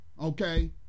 okay